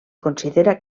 considera